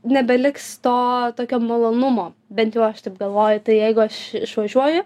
nebeliks to tokio malonumo bent jau aš taip galvoju tai jeigu aš išvažiuoju